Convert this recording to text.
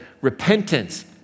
repentance